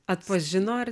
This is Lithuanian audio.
atpažino ar